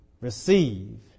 receive